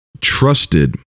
trusted